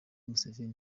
museveni